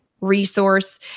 resource